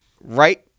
Right